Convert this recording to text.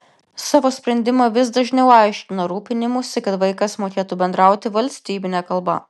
savo sprendimą vis dažniau aiškina rūpinimųsi kad vaikas mokėtų bendrauti valstybine kalba